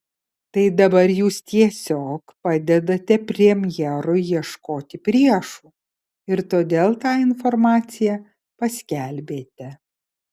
tai dabar jūs tiesiog padedate premjerui ieškoti priešų ir todėl tą informaciją paskelbėte